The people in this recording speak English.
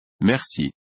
Merci